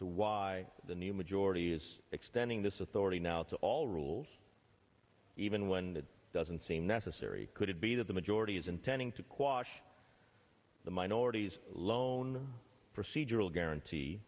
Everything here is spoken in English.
to why the new majority is extending this authority now to all rules even when that doesn't seem necessary could it be that the majority is intending to quash the minorities loan procedural guarantee